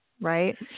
right